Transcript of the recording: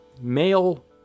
male